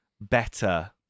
better